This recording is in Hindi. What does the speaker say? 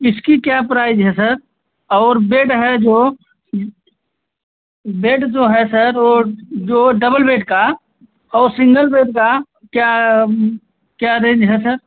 इसकी क्या प्राइज है सर और बेड है जो बेड जो है सर वह जो डबल बेड का और सिंगल बेड का क्या क्या रेन्ज है सर